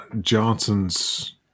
Johnson's